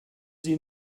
sie